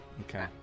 Okay